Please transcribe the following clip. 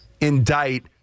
indict